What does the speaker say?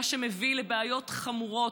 מה שמביא לבעיות חמורות.